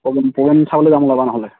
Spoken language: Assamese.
প্ৰগ্ৰেম প্ৰগ্ৰেম চাবলৈ যাম ওলাবা নহ'লে